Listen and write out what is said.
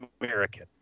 American